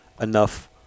enough